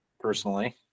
personally